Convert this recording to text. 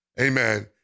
Amen